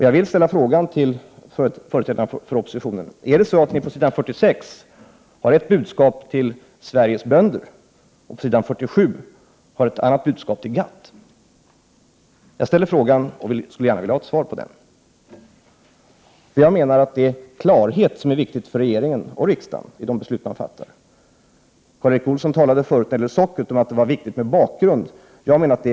Jag vill därför fråga företrädare för oppositionen: Är det så, att ni på s. 46 har ett budskap till Sveriges bönder och att ni på s. 47 har ett annat budskap till GATT? Jag vill gärna ha ett svar på den frågan. Jag menar att det är viktigt med klarhet för regeringen och riksdagen när det gäller de beslut som man fattar. Karl Erik Olsson talade tidigare om att det var viktigt med bakgrund när det gällde sockret.